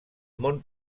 món